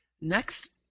Next